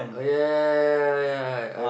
oh yeah yeah yeah yeah yeah yeah I